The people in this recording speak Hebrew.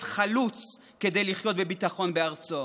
חלוץ כדי לחיות כדי לחיות בביטחון בארצו.